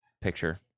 picture